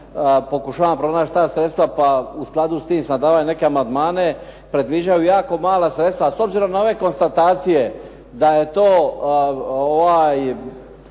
pokušavamo pronaći ta sredstva, pa u skladu s tim … /Govornik se ne razumije./ … amandmane. Predviđaju jako malo sredstva, a s obzirom na ove konstatacije da je to